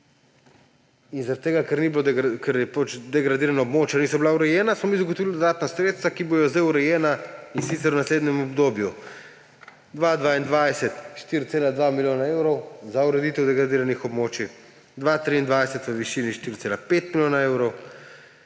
In zaradi tega, ker pač degradirana območja niso bila urejena, smo mi zagotovili dodatna sredstva, ki bodo sedaj urejena, in sicer v naslednjem obdobju: 2022 – 4,2 milijona evrov za ureditev degradiranih območij, 2023 v višini 4,5 milijona evrov,